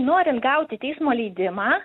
norint gauti teismo leidimą